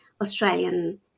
Australian